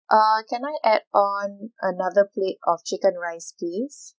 uh can I add on another plate of chicken rice please